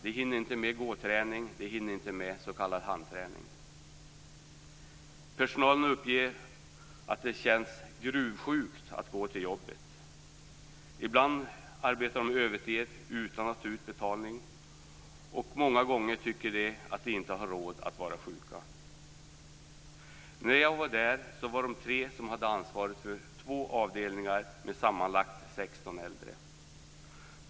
De hinner inte med gåträning och inte heller s.k. handträning. Personalen uppger att det känns "gruvsjukt" att gå till jobbet. Ibland arbetar man övertid utan att ta ut betalning, och många gånger tycker man att man inte har råd att vara sjuk. När jag var där var det tre personer som hade ansvaret för två avdelningar med sammanlagt 16 äldre.